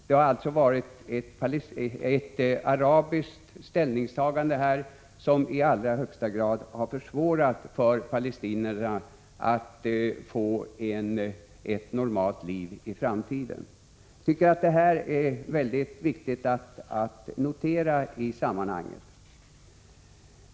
Det har alltså varit ett arabiskt ställningstagande som i allra högsta grad har försvårat för palestinierna att få leva ett normalt liv i framtiden. Jag tycker att detta är mycket viktigt att notera i sammanhanget.